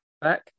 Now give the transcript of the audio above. back